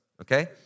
okay